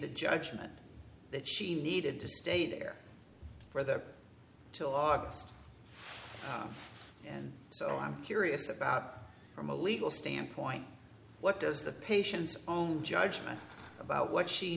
the judgment that she needed to stay there for them till august so i'm curious about from a legal standpoint what does the patient's own judgment about what she